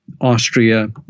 Austria